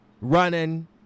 running